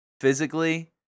physically